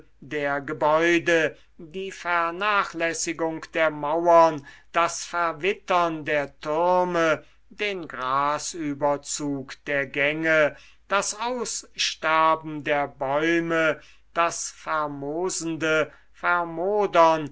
der gebäude die vernachlässigung der mauern das verwittern der türme den grasüberzug der gänge das aussterben der bäume das vermoosende vermodern